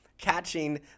catching